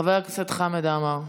חבר הכנסת חמד עמאר.